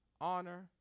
honor